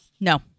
No